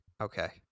Okay